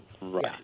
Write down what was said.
Right